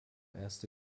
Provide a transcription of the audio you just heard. erste